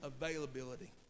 availability